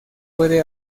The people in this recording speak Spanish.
puede